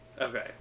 Okay